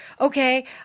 okay –